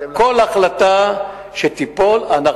כל החלטה שתיפול, אנחנו